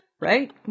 Right